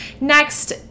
Next